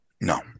No